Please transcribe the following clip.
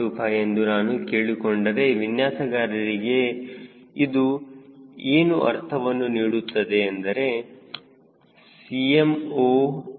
025 ಎಂದು ನಾನು ಕೇಳಿಕೊಂಡರೆ ವಿನ್ಯಾಸಗಾರರಿಗೆ ಇದು ಏನು ಅರ್ಥವನ್ನು ನೀಡುತ್ತದೆ ಎಂದರೆ Cmoac0